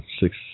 six